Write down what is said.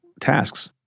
tasks